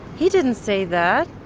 he didn't say that.